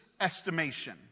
estimation